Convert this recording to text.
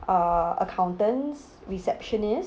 uh accountants receptionist